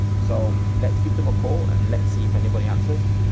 so let's give them a call and let's see if anybody answers.